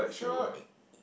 so it